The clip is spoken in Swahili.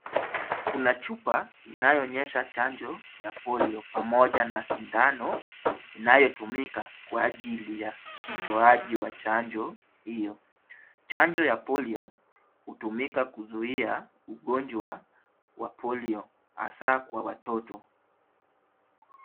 Kuna chupa inayoonyesha chanjo ya Polio pamoja na sindano inayotumika kwa ajili ya utoaji wa chanjo hio. Chanjo ya Polio hutumika kuzuia ugonjwa wa Polio hasa kwa watoto.